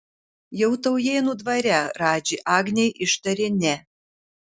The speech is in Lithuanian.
jau taujėnų dvare radži agnei ištarė ne